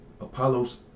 Apollos